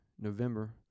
November